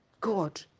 God